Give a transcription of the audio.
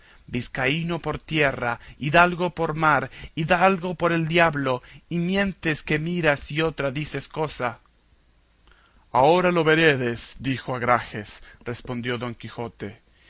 vizcaíno por tierra hidalgo por mar hidalgo por el diablo y mientes que mira si otra dices cosa ahora lo veredes dijo agrajes respondió don quijote